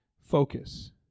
Focus